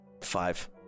five